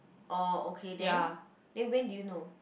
oh okay then then when did you know